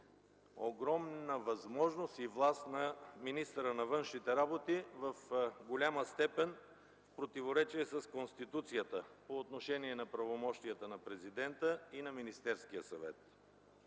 огромна възможност и власт на министъра на външните работи, в голяма степен в противоречие с Конституцията, по отношение на правомощията на президента и на Министерския съвет.